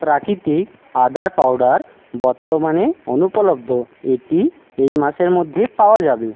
প্রাকৃতিক আদার পাউডার বর্তমানে অনুপলব্ধ এটি এই মাসের মধ্যে পাওয়া যাবে